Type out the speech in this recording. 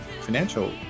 financial